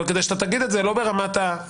אבל כדי שאתה תגיד את זה לא ברמת האמירה,